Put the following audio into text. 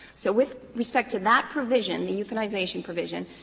so with respect to that provision, the euthanization provision,